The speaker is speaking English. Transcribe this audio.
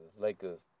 Lakers